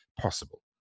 possible